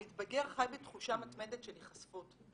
המתבגר חי בתחושה מתמדת של היחשפות.